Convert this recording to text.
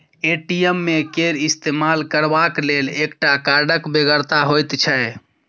ATM केर इस्तेमाल करबाक लेल एकटा कार्डक बेगरता होइत छै